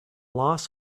loss